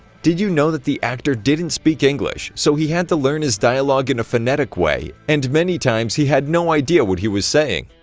did you know that the actor didn't speak english, so he had to learn his dialogue in a phonetic way, and many times he had no idea what he was saying?